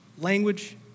language